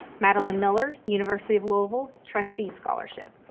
madalyn miller, university of louisville, trustee scholarship.